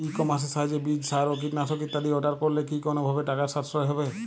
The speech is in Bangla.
ই কমার্সের সাহায্যে বীজ সার ও কীটনাশক ইত্যাদি অর্ডার করলে কি কোনোভাবে টাকার সাশ্রয় হবে?